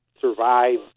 survive